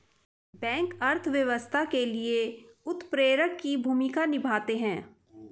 bank अर्थव्यवस्था के लिए उत्प्रेरक की भूमिका निभाते है